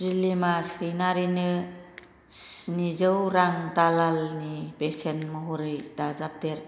बिलिमा सैनारिनो स्निजौ रां दालालनि बेसेन महरै दाजाबदेर